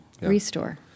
restore